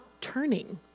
turning